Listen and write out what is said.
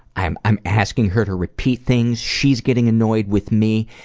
i'm i'm asking her to repeat things. she's getting annoyed with me.